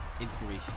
inspiration